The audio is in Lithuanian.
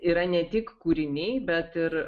yra ne tik kūriniai bet ir